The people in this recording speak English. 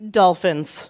dolphins